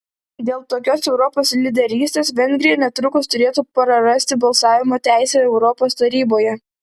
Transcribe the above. dėl tokios europos lyderystės vengrija netrukus turėtų prarasti balsavimo teisę europos taryboje